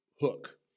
hook